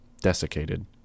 desiccated